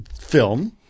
film